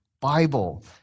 bible